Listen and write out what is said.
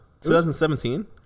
2017